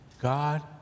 God